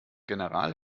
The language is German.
general